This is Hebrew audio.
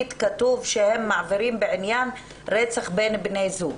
כתוב שהם מעבירים בעניין רצח בין בני זוג,